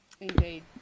indeed